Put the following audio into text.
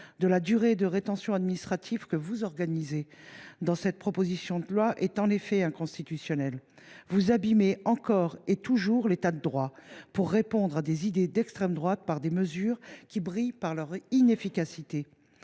de la durée de rétention administrative que vous organisez dans cette proposition de loi, mes chers collègues, est inconstitutionnelle. Vous abîmez, encore et toujours, l’État de droit, afin de répondre à des idées d’extrême droite par des mesures qui brillent par leur inefficacité